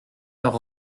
leurs